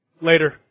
later